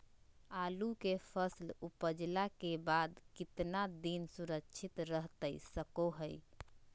आलू के फसल उपजला के बाद कितना दिन सुरक्षित रहतई सको हय?